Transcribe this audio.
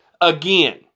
Again